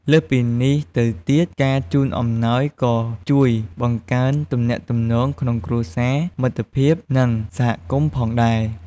លើសពីនេះទៅទៀត ការជូនអំំណោយក៏ជួយបង្កើនទំនាក់ទំនងក្នុងគ្រួសារ មិត្តភាព និងសហគមន៍ផងដែរ។